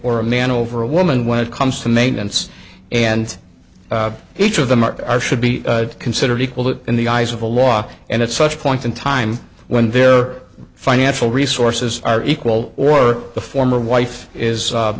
or a man over a woman when it comes to maintenance and each of them are should be considered equal in the eyes of the law and at such point in time when their financial resources are equal or the former wife is